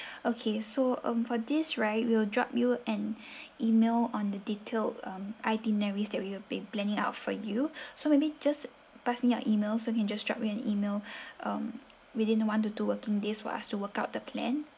okay so um for this right we'll drop you an email on the detailed um itineraries that we will be planning out for you so maybe just pass me your emails so you can just drop me an email um within one to two working days for us to work out the plan